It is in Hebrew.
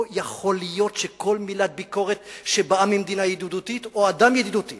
לא יכול להיות שכל מילת ביקורת שבאה ממדינה ידידותית או מאדם ידידותי